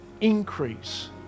increase